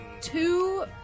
two